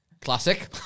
Classic